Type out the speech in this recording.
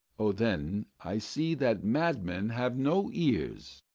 o, then i see that madmen have no ears.